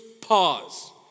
pause